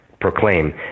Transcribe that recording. proclaim